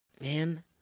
Man